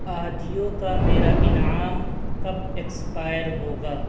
آجیو کا میرا انعام کب ایکسپائر ہوگا